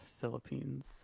Philippines